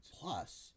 plus